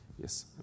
Yes